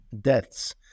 deaths